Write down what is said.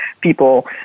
people